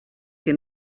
que